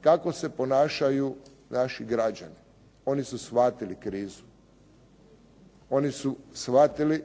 kako se ponašanju naši građani. Oni su shvatili krizu, oni su shvatili